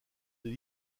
des